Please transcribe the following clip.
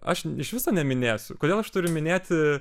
aš iš viso neminėsiu kodėl aš turiu minėti